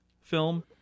film